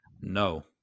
No